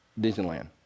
Disneyland